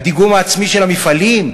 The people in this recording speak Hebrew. הדיגום העצמי של המפעלים,